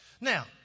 Now